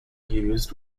used